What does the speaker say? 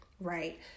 right